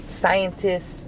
Scientists